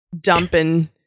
dumping